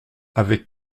avec